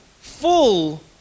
full